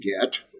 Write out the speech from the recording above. get